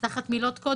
תחת מילות קוד